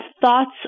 thoughts